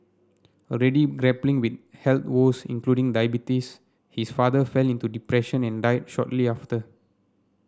already grappling with health woes including diabetes his father fell into depression and died shortly after